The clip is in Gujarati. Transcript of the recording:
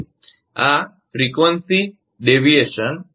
આ આવર્તન વિચલનફ્રિકવંસી ડેવીએશન છે